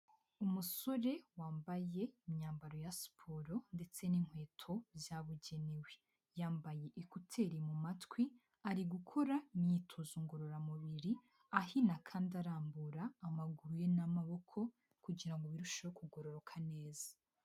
Umusore wambaye imyambaro ya siporo ndetse n'inkweto zabugenewe. Yambaye ikuteri mu matwi ari gukora imyitozo ngororamubiri ahina kandi arambura amaguru ye n'amaboko, kugira ngo birusheho kugororoka neza.